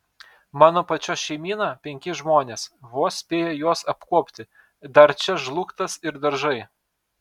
mano pačios šeimyna penki žmonės vos spėju juos apkuopti dar čia žlugtas ir daržai